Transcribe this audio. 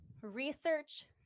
research